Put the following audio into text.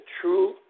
true